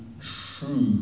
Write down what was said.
true